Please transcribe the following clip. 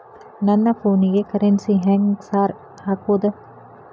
ನನ್ ಫೋನಿಗೆ ಕರೆನ್ಸಿ ಹೆಂಗ್ ಸಾರ್ ಹಾಕೋದ್?